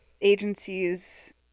agencies